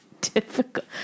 difficult